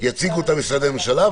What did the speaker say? יציגו משרדי הממשלה,